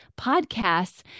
podcasts